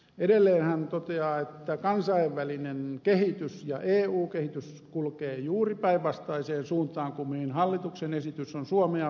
edelleen hän toteaa että kansainvälinen kehitys ja eu kehitys kulkee juuri päinvastaiseen suuntaan kuin mihin hallituksen esitys on suomea viemässä